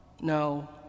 No